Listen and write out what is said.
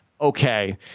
okay